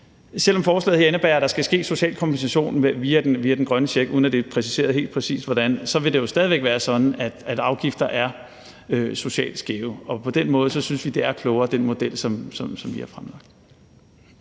selv om forslaget her indebærer, at der skal ske social kompensation via den grønne check, uden at det er præciseret helt præcist hvordan, så vil det jo stadig væk være sådan, at afgifter er socialt skæve. Og på den måde synes vi det er klogere med den model, som vi har fremlagt.